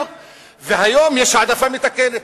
והיום יש העדפה מתקנת.